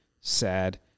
sad